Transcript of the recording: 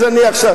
אז אני עכשיו,